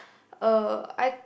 uh I